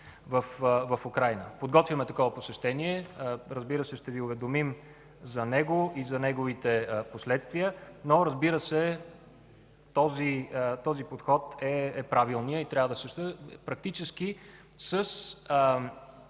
в Украйна. Подготвяме такова посещение. Разбира се, ще Ви уведомим за него и за неговите последствия. Разбира се, този подход е правилният. Практически с